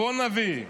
הוא הנביא,